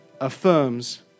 affirms